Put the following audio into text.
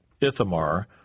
Ithamar